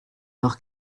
leur